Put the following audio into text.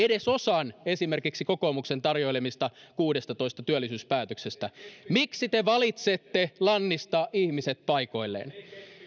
edes osan esimerkiksi kokoomuksen tarjoilemista kuudestatoista työllisyyspäätöksestä miksi te valitsette lannistaa ihmiset paikoilleen